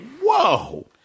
Whoa